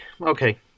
Okay